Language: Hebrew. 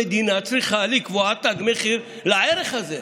המדינה צריכה לקבוע תג מחיר לערך הזה.